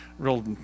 real